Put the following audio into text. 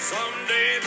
Someday